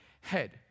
head